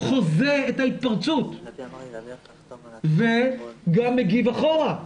חוזה את ההתפרצות וגם מגיב אחורה.